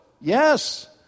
Yes